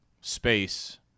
space